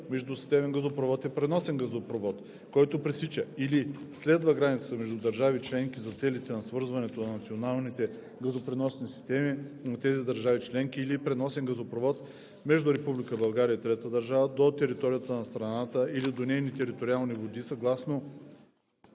„Междусистемен газопровод“ е преносен газопровод, който пресича или следва границата между държави членки за целите на свързването на националните газопреносни системи на тези държави членки, или преносен газопровод между Република България и трета държава до територията на страната или до нейните териториални води.“; г)